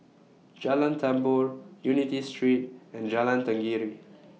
Jalan Tambur Unity Street and Jalan Tenggiri